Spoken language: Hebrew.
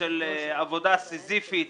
של עבודה סיזיפית